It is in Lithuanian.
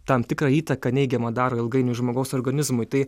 tam tikrą įtaką neigiamą daro ilgainiui žmogaus organizmui tai